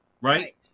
Right